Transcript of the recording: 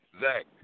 Zach